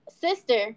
sister